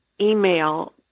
email